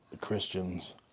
Christians